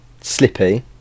slippy